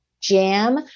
jam